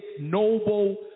noble